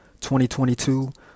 2022